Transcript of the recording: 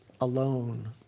alone